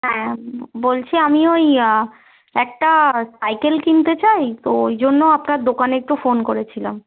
হ্যাঁ বলছি আমি ওই একটা সাইকেল কিনতে চাই তো ওই জন্য আপনার দোকানে একটু ফোন করেছিলাম